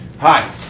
Hi